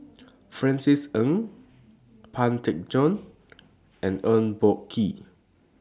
Francis Ng Pang Teck Joon and Eng Boh Kee